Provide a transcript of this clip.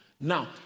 Now